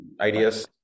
ideas